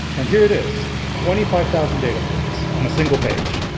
and here it is twenty five thousand data points on a single page.